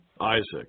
Isaac